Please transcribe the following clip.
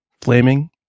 Flaming